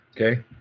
Okay